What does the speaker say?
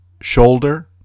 shoulder